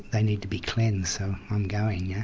they need to be cleansed, so i'm going yeah